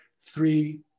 three